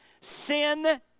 sin